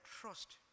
trust